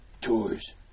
Tours